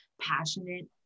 passionate